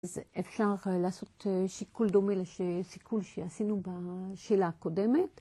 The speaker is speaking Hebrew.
אפשר לעשות שיקול דומה לשיקול שעשינו בשאלה הקודמת.